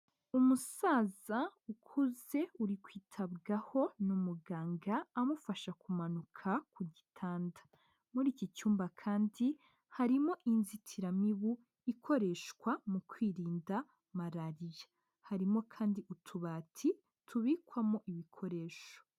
Umusaza ukuze uri kwitabwaho n'umuganga amufasha kumanuka ku gitanda, muri iki cyumba kandi harimo inzitiramibu ikoreshwa mu kwirinda Malariya, harimo kandi utubati tubikwamo ibikoresho.